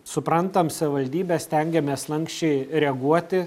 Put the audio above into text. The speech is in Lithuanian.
suprantam savivaldybes stengiamės lanksčiai reaguoti